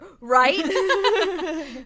Right